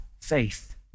faith